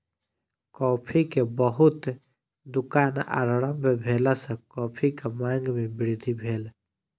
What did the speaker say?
coffee के बहुत दुकान आरम्भ भेला सॅ कॉफ़ीक मांग में वृद्धि भेल